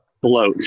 bloat